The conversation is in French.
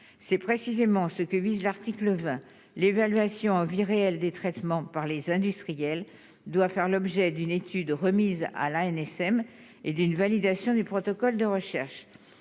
c'est précisément ce que vise l'article 20 l'évaluation en vie réelle des traitements par les industriels, doit faire l'objet d'une étude remise à l'ANSM et d'une validation des protocoles de recherche